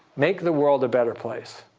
make the world a better place.